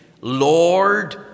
Lord